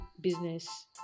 business